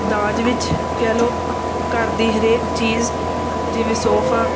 ਦਾਜ ਵਿੱਚ ਕਹਿ ਲਉ ਘਰ ਦੀ ਹਰੇਕ ਚੀਜ਼ ਜਿਵੇਂ ਸੋਫਾ